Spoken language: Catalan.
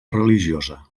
religiosa